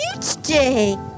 today